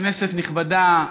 כנסת נכבדה,